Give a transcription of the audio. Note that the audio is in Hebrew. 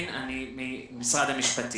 שמי נעם הרצוג, אני עו"ד ממשרד המשפטים.